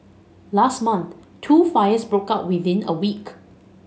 last month two fires broke out within a week